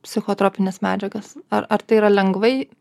psichotropines medžiagas ar ar tai yra lengvai